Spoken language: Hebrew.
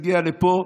הגיע לפה,